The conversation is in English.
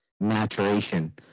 maturation